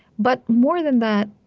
but more than that,